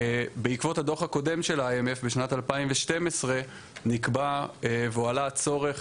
בעקבות הדוח הקודם של ה-IMF בשנת 2012 נקבע והועלה צורך